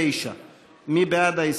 אנחנו מצביעים על 179. מי בעד ההסתייגות?